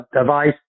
device